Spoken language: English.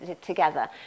together